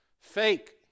fake